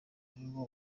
arirwo